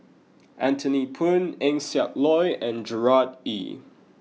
Anthony Poon Eng Siak Loy and Gerard Ee